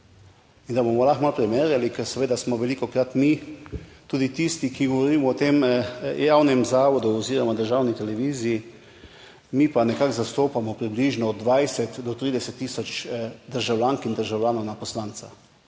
In da bomo lahko malo primerjali, ker seveda smo velikokrat mi, tudi tisti, ki govorimo o tem javnem zavodu oziroma državni televiziji, mi pa nekako zastopamo približno 20 do 30000 državljank in državljanov na poslanca.